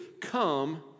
come